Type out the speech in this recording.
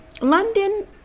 London